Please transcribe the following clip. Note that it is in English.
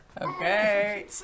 Okay